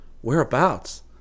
Whereabouts